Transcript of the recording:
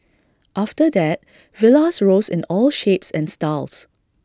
after that villas rose in all shapes and styles